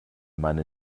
meine